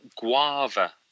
guava